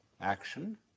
action